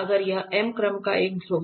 अगर यह m क्रम का एक ध्रुव है